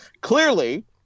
clearly